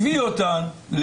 הביא אותן.